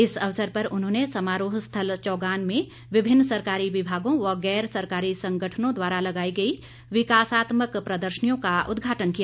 इस अवसर पर उन्होंने समारोह स्थल चौगान में विभिन्न सरकारी विभागों व गैर सरकारी संगठनों द्वारा लगाई गई विकासात्मक प्रदर्शनियों का उद्घाटन किया